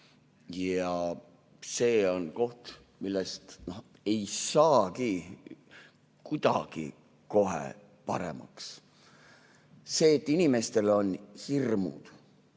ja see on koht, millest ei saagi kuidagi kohe paremaks. See, et inimestel on hirmud,